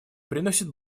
приносят